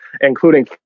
including